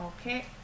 Okay